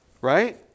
Right